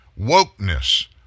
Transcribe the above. wokeness